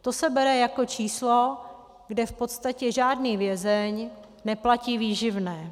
To se bere jako číslo, kde v podstatě žádný vězeň neplatí výživné.